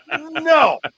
no